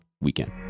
weekend